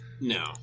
No